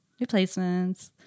Replacements